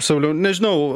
sauliau nežinau